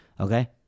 okay